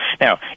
Now